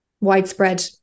widespread